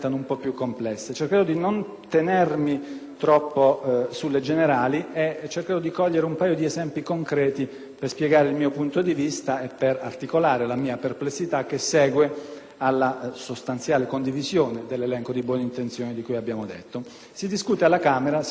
troppo sul generale e di cogliere un paio di esempi concreti per spiegare il mio punto di vista e per articolare la mia perplessità, che segue alla sostanziale condivisione dell'elenco di buone intenzioni di cui abbiamo detto. Alla Camera dei deputati in questi giorni si